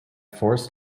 forest